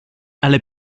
alle